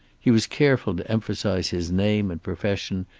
he was careful to emphasize his name and profession,